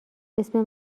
اسم